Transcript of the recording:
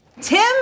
Tim